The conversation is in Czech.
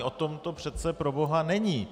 O tom to přece proboha není!